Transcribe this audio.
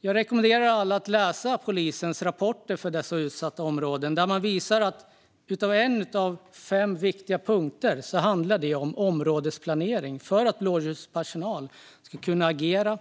Jag rekommenderar alla att läsa polisens rapporter från dessa utsatta områden. En av fem viktiga punkter handlar om områdesplanering för att blåljuspersonal ska kunna agera,